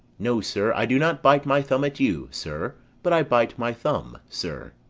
no, sir, i do not bite my thumb at you, sir but i bite my thumb, sir.